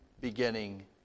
beginning